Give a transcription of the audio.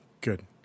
good